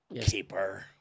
Keeper